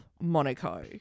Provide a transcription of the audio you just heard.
Monaco